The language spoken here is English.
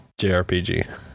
JRPG